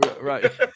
Right